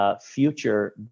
Future